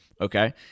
Okay